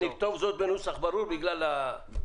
נכתוב זאת בנוסח ברור בגלל הפרשנות.